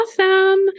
Awesome